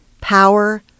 power